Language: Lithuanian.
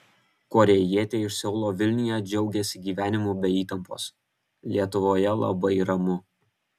korėjietė iš seulo vilniuje džiaugiasi gyvenimu be įtampos lietuvoje labai ramu